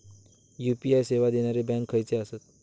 UPI सेवा देणारे bank खयचे आसत?